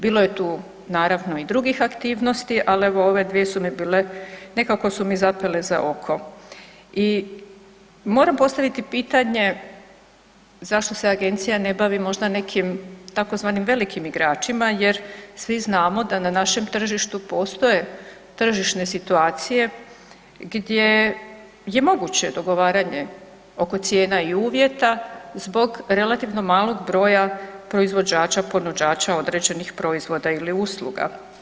Bilo je tu naravno i drugih aktivnosti, ali evo ove dvije su mi bile, nekako su mi zapele za oko i moram postaviti pitanje zašto se Agencija ne bavi možda nekim, tzv. velikim igračima jer svi znamo da na našem tržištu postoje tržišne situacije gdje je moguće dogovaranje oko cijena i uvjeta zbog relativno malog broja proizvođača, ponuđača određenih proizvoda ili usluga.